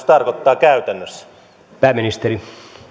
tarkoittaa käytännössä